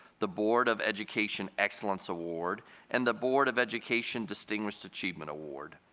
the board of education excellence award and the board of education distinguished achievement award.